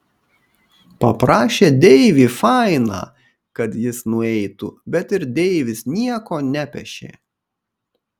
paprašė deivį fainą kad jis nueitų bet ir deivis nieko nepešė